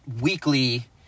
weekly